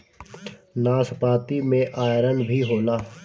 नाशपाती में आयरन भी होला